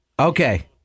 Okay